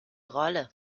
rolle